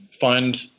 find